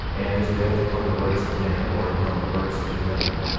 and is built upon the works of men, or upon the works of the devil,